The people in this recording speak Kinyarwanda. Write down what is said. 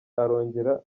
arongera